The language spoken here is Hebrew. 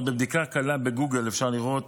אבל בבדיקה קלה בגוגל אפשר לראות